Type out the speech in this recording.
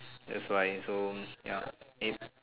that's why it's so ya